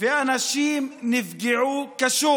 ואנשים נפגעו קשות.